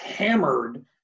hammered